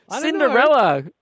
Cinderella